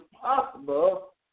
possible